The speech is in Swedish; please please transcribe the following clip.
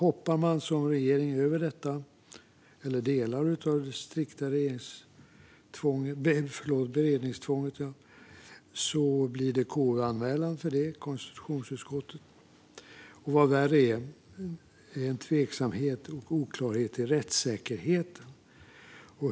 Om man som regering hoppar över hela eller delar av det strikta beredningstvånget blir det anmälan av detta till konstitutionsutskottet, KU, och - vad värre är - det blir tveksamhet och oklarhet i rättssäkerheten.